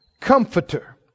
comforter